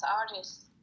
artists